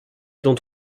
dont